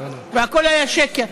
והכול היה שקר.